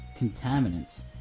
contaminants